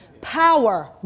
Power